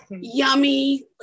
yummy